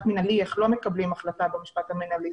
מנהלי איך לא מקבלים החלטה במשפט המנהלי,